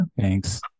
Thanks